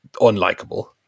unlikable